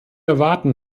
erwarten